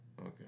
Okay